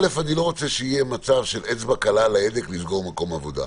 קודם כול אני לא רוצה שיהיה מצב של אצבע קלה על ההדק לסגור מקום עבודה,